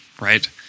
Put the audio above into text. right